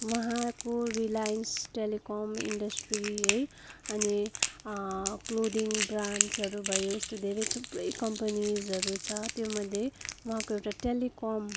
उहाँको Reliance telecom industry है अनि क्लोदिङ ब्रान्ड्सहरू भयो यस्तो धेरै थुप्रै कम्पनीजहरू छ त्यो मध्ये उहाँको एउटा टेलिकम